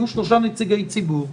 יהיו שלושה נציגי ציבור,